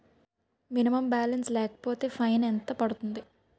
Minimum balance లేకపోతే fine ఎంత పడుతుంది?